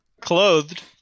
Clothed